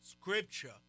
scripture